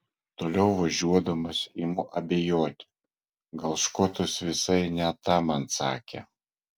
toliau važiuodamas imu abejoti gal škotas visai ne tą man sakė